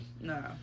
No